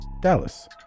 Dallas